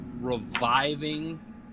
reviving